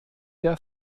der